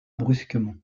brusquement